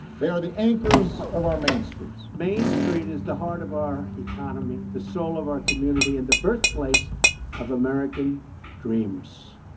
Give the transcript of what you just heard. they are the anchors of our main streets. main street is the heart of our economy, the soul of our community, and the birthplace of american dreams.